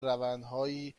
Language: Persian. روندهایی